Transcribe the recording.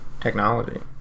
technology